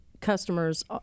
customers